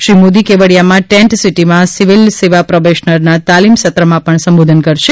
શ્રી મોદી કેવડિયામાં ટેંટ સિટીમાં સિવિલ સેવા પ્રોબેશનરના તાલીમ સત્રમાં પણ સંબોધન કરશે